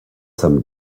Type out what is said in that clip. some